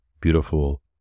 beautiful